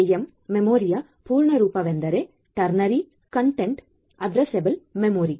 TCAM ಮೆಮೊರಿಯ ಪೂರ್ಣ ರೂಪ ಟರ್ನರಿ ಕಂಟೆಂಟ್ ಅಡ್ರೆಸ್ಸಬಲ್ ಮೆಮೊರಿ